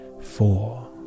four